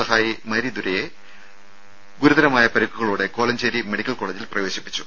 സഹായി മരിദുരൈയെ ഗുരുതരമായ പരിക്കുകളോടെ കോലഞ്ചേരി മെഡിക്കൽ കോളേജിൽ പ്രവേശിപ്പിച്ചു